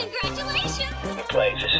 Congratulations